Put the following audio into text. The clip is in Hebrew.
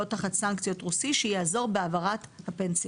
תחת סנקציות של רוסיה שיעזור בהעברת הפנסיות.